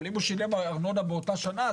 אם הוא שילם ארנונה באותה שנה,